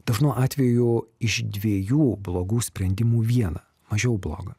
dažnu atveju iš dviejų blogų sprendimų vieną mažiau blogą